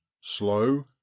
slow